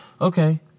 Okay